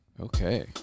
Okay